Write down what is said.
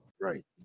Right